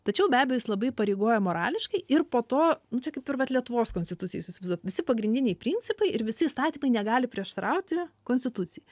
tačiau be abejo jis labai įpareigoja morališkai ir po to nu čia kaip ir vat lietuvos konstitucija jūs įsivaizduojat visi pagrindiniai principai ir visi įstatymai negali prieštarauti konstitucijai